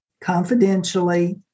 confidentially